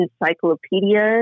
encyclopedias